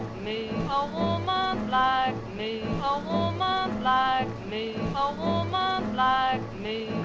me. a woman like me. a woman like me. a woman like me.